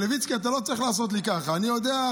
מלביצקי, אתה לא צריך לעשות לי ככה, אני יודע.